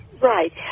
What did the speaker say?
Right